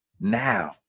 now